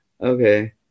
Okay